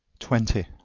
twenty.